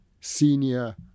senior